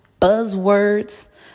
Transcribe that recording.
buzzwords